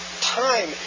time